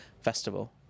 festival